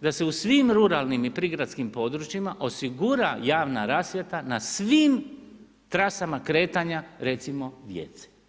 da se u svim ruralnim i prigradskim područjima osigura javna rasvjeta na svim trasama kretanja recimo djece.